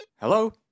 Hello